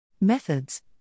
Methods